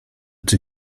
czy